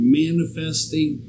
manifesting